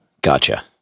Gotcha